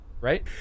Right